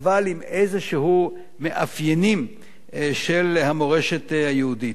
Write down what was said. אבל עם איזשהם מאפיינים של המורשת היהודית.